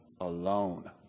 Alone